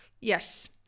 Yes